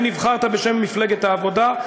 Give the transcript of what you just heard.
אם נבחרת בשם מפלגת העבודה,